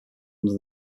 under